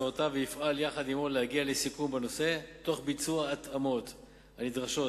הצעותיו ויפעל יחד עמו להגיע לסיכום בנושא תוך ביצוע ההתאמות הנדרשות,